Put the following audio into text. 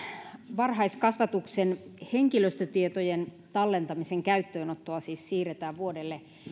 varhaiskasvatuksen henkilöstötietojen tallentamisen käyttöönottoa siis siirretään